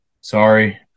Sorry